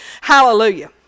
hallelujah